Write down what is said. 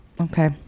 okay